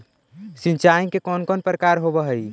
सिंचाई के कौन कौन प्रकार होव हइ?